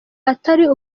atari